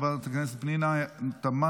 חברת הכנסת פנינה תמנו,